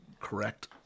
correct